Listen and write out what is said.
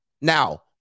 Now